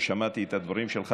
ושמעתי את הדברים שלך,